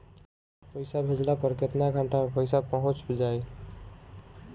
पैसा भेजला पर केतना घंटा मे पैसा चहुंप जाई?